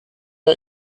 der